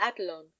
adelon